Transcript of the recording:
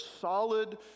solid